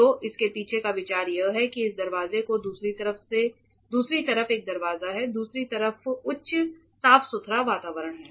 तो इसके पीछे का विचार यह है कि इस दरवाजे के दूसरी तरफ एक दरवाजा है दूसरी तरफ उचित साफ सुथरा वातावरण है